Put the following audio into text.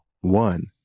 one